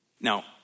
Now